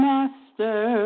Master